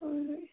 ꯍꯣꯏ ꯍꯣꯏ